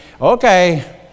Okay